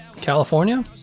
California